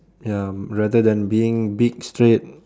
ya rather then being big straight